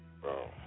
Bro